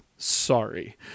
Sorry